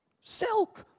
silk